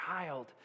child